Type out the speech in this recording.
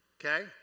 Okay